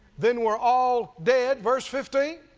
then we're all dead. verse fifteen,